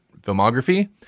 filmography